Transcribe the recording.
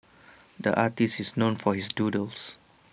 the artist is known for his doodles